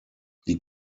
die